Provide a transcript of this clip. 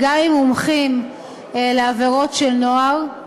גם עם מומחים לעבירות של נוער,